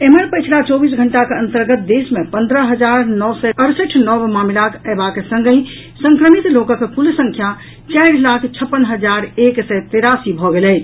एम्हर पछिला चौबीस घंटाक अंतर्गत देश मे पंद्रह हजार नओ सय अड़सठि नव मामिला अयबाक संगहि संक्रमित लोकक कुल संख्या चारि लाख छप्पन हजार एक सय तेरासी भऽ गेल अछि